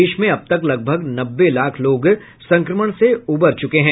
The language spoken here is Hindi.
देश में अब तक लगभग नब्बे लाख लोग संक्रमण से उबर चुके हैं